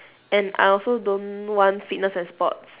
and I also don't want fitness and sports